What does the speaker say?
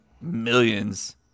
millions